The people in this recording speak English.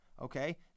Okay